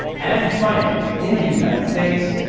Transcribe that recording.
and finally in the united states,